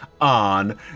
on